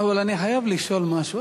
אבל אני חייב לשאול משהו.